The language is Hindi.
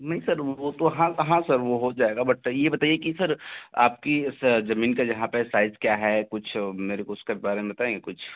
नहीं सर वो तो हाँ हाँ सर वो हो जाएगा बट ये बताइए कि सर आपकी इस जमीन का यहाँ पर साइज क्या है कुछ मेरे को उसके बारे में बताएँगे कुछ